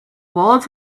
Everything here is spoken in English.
walls